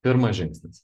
pirmas žingsnis